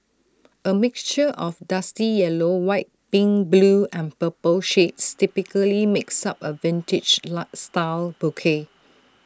A mixture of dusty yellow white pink blue and purple shades typically makes up A vintage style bouquet